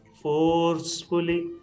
forcefully